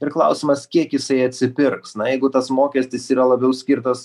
ir klausimas kiek jisai atsipirks na jeigu tas mokestis yra labiau skirtas